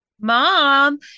mom